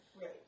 Right